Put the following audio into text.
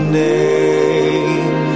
name